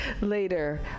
later